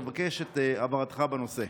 אני מבקש את הבהרתך בנושא.